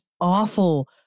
awful